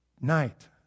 Night